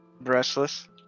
restless